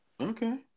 Okay